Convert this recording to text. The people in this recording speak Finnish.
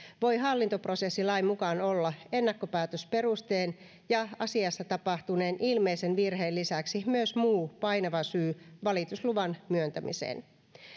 voi hallintoprosessilain mukaan olla ennakkopäätösperusteen ja asiassa tapahtuneen ilmeisen virheen lisäksi myös muu painava syy valitusluvan myöntämiseen